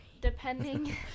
Depending